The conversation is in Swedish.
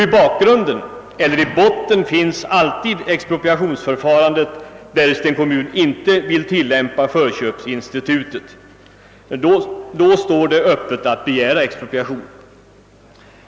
I botten finns emellertid alltid expropriationsförfarandet, därest en kommun inte vill tillämpa förköpsinstitutet. Då står det alltså öppet att begära expropriation.